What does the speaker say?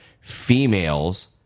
females